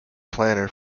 planner